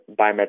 biometric